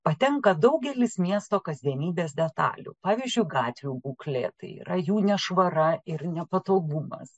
patenka daugelis miesto kasdienybės detalių pavyzdžiui gatvių būklė tai yra jų nešvara ir nepatogumas